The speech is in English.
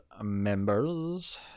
members